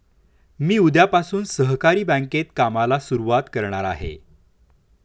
मी उद्यापासून सहकारी बँकेत कामाला सुरुवात करणार आहे